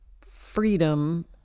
freedom